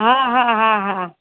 હા હા હા હા